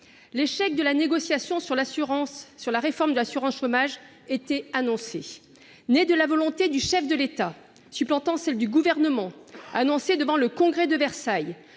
l'échec de la négociation sur la réforme de l'assurance chômage était annoncé. Née de la volonté du chef de l'État, supplantant celle du Gouvernement, annoncée devant le Congrès de Versailles,